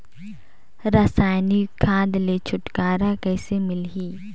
रसायनिक खाद ले छुटकारा कइसे मिलही?